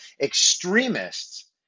extremists